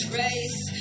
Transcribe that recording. race